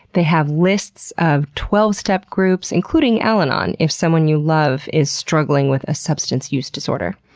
they have lists of twelve step groups, including al anon, if someone you love is struggling with a substance use disorder.